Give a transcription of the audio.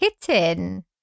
kitten